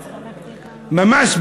ממש,